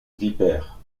vipère